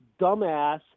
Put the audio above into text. dumbass